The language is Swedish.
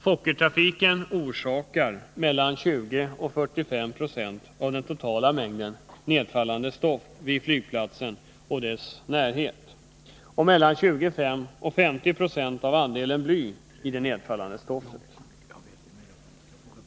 Fokkertrafiken orsakar mellan 20 och 45 20 av den totala mängden nedfallande stoft vid flygplatsen och dess närhet och mellan 20 och 50 26 av andelen bly i det nedfallande stoftet.